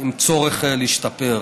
עם צורך להשתפר.